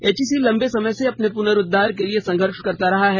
HEC लंबे समय से अपने पुनरुद्वार के लिए संघर्ष करता रहा है